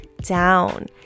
down